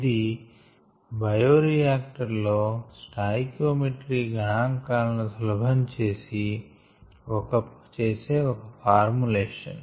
ఇది bioreactor stoichiometry గణాంకాలను సులభం చేసే ఒక ఫార్ములేషన్